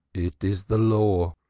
it is the law.